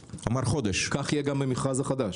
כך יהיה גם במכרז החדש.